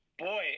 boy